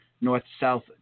north-south